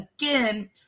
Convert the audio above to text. again